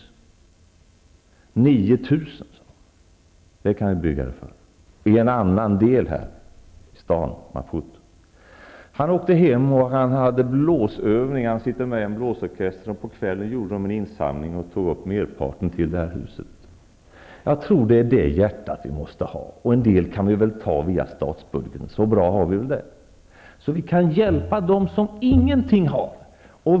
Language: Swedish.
De sade att man skulle kunna bygga ett hus för 9 000 kr. i en annan del av staden Maputo. Han åkte hem. En kväll var han på övning med en blåsorkester som han är med i. Efter övningen gjorde de en insamling och tog upp pengar till merparten av huset. Det är det hjärtat vi måste ha! En del pengar kan vi väl ta via statsbudgeten -- så bra har vi det väl -- så att vi kan hjälpa dem som ingenting har.